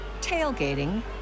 tailgating